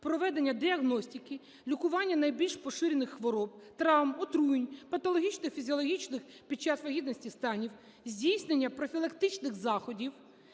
проведення діагностики, лікування найбільш поширених хвороб, травм, отруєнь, патологічних фізіологічних під час вагітності станів, здійснення профілактичних заходів,